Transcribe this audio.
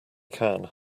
can